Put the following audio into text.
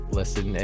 listen